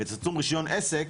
ותצלום רישיון עסק,